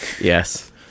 Yes